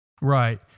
Right